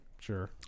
Sure